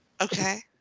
Okay